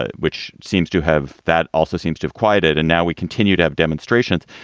ah which seems to have that also seems to have quieted. and now we continue to have demonstrations.